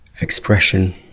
expression